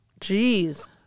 Jeez